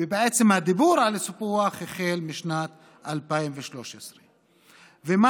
ובעצם הדיבור על הסיפוח החלו בשנת 2013. מה